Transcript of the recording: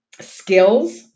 skills